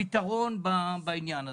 פיתרון לעניין הזה.